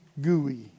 gooey